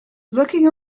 looking